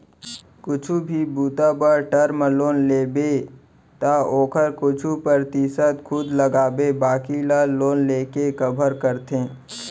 कुछु भी बूता बर टर्म लोन लेबे त ओखर कुछु परतिसत खुद लगाके बाकी ल लोन लेके कभर करथे